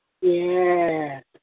Yes